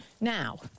Now